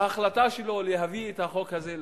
בהחלטה שלו להביא את החוק הזה לכנסת,